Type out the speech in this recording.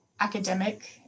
academic